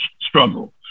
struggle